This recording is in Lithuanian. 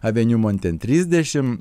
aveniu monten trisdešim